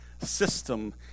system